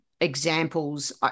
examples